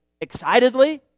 excitedly